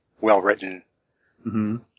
well-written